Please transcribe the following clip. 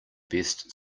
best